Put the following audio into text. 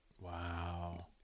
Wow